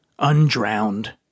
undrowned